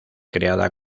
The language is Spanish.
creada